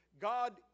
God